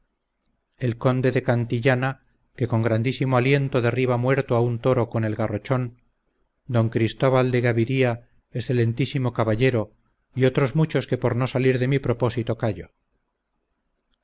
el conde de cantillana que con grandísimo aliento derriba muerto a un toro con el garrochón don cristóbal de gaviria excelentísimo caballero y otros muchos que por no salir de mi propósito callo